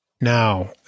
Now